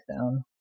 down